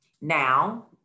Now